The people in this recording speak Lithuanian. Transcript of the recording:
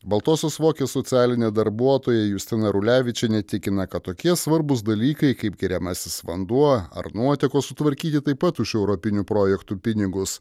baltosios vokės socialinė darbuotoja justina rulevičienė tikina kad tokie svarbūs dalykai kaip geriamasis vanduo ar nuotekos sutvarkyti taip pat už europinių projektų pinigus